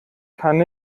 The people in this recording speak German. kann